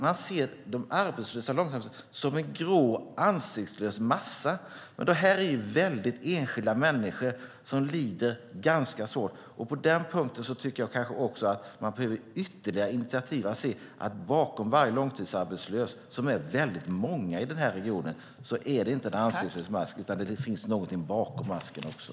Man ser de långtidsarbetslösa som en grå, ansiktslös massa, men det är enskilda människor som lider ganska svårt. På den punkten tycker jag också att man behöver ytterligare initiativ för att se att varje långtidsarbetslös - och de är väldigt många i den här regionen - inte bara är en ansiktslös mask utan att det finns något bakom masken också.